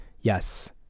Yes